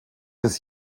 des